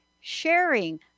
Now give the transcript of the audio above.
sharing